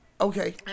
Okay